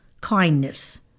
kindness